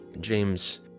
James